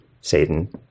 Satan